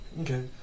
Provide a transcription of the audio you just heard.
Okay